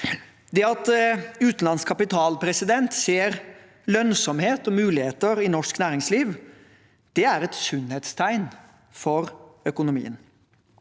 Det at utenlandsk kapital ser lønnsomhet og muligheter i norsk næringsliv, er et sunnhetstegn for økonomien.